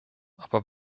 aber